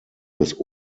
des